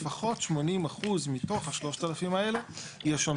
לפחות 80 אחוז מתוך ה-3,000 ישמשו,